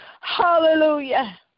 Hallelujah